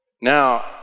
Now